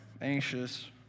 anxious